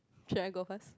should I go first